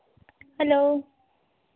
hello